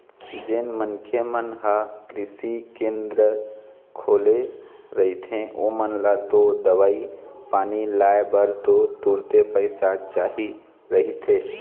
जेन मनखे मन ह कृषि केंद्र खोले रहिथे ओमन ल तो दवई पानी लाय बर तो तुरते पइसा चाही रहिथे